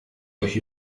euch